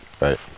right